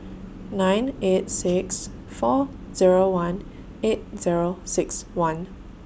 nine eight six four Zero one eight Zero six one